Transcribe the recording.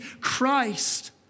Christ